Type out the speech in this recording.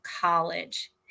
college